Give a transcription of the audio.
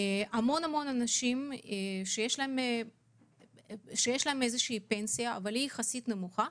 יש הרבה אנשים שיש להם פנסיה יחסית נמוכה,